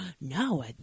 no